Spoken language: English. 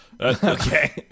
okay